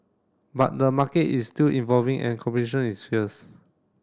but the market is still evolving and competition is fierce